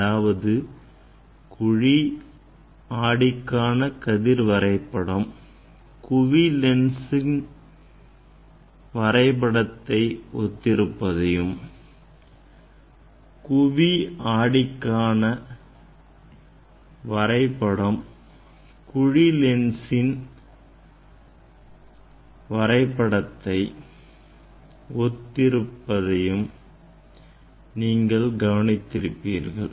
அதாவது குழி ஆடிக்காண கதிர் வரைபடம் குவி லென்ஸ்ன் வரைபடத்தை ஒத்திருப்பதையும் குவி ஆடி காண வரைபடம் குழி லென்ஸ்இன் வரைபடத்தை ஏறக்குறைய ஒத்திருப்பதை நீங்கள் கவனித்திருப்பீர்கள்